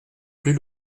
plus